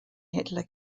hitler